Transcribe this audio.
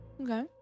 Okay